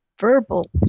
verbal